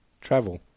Travel